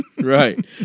Right